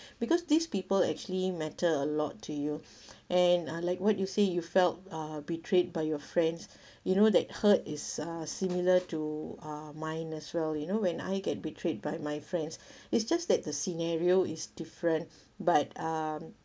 because these people actually matter a lot to you and uh like what you say you felt uh betrayed by your friends you know that her is uh similar to uh mine as well you know when I get betrayed by my friends it's just that the scenario is different but um